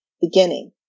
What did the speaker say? beginning